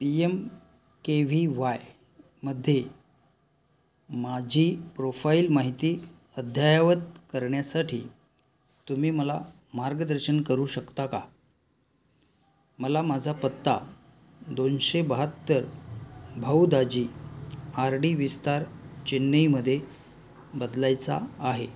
P M K V Y मध्ये माझी profile माहिती अद्ययावत करण्यासाठी तुम्ही मला मार्गदर्शन करू शकता का मला माझा पत्ता दोनशे बहात्तर भाऊदाजी आर डी विस्तार चेन्नईमध्ये बदलायचा आहे